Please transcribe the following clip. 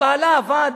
בעלה עבד,